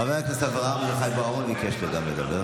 חבר הכנסת אביחי בוארון גם ביקש לדבר.